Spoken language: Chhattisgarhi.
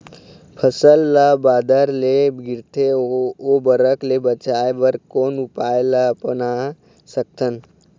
फसल ला बादर ले गिरथे ओ बरफ ले बचाए बर कोन उपाय ला अपना सकथन?